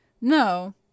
No